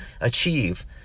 achieve